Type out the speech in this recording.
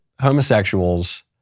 homosexuals